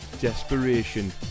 desperation